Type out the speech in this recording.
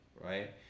right